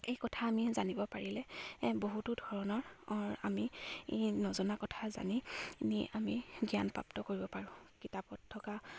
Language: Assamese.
এই কথা আমি জানিব পাৰিলে বহুতো ধৰণৰ আমি এই নজনা কথা জানি নি আমি জ্ঞান প্ৰাপ্ত কৰিব পাৰোঁ কিতাপত থকা